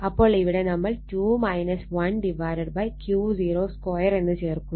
അപ്പോൾ ഇവിടെ നമ്മൾ 2 1Q02 എന്ന് ചേർക്കുന്നു